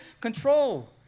control